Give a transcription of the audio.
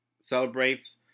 Celebrates